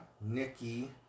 Nikki